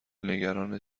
نگرانت